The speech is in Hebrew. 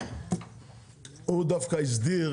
הוא דווקא הסדיר,